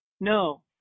no